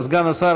סגן השר,